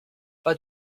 pas